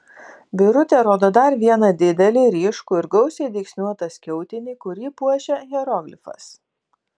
birutė rodo dar vieną didelį ryškų ir gausiai dygsniuotą skiautinį kurį puošia hieroglifas